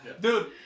Dude